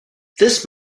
this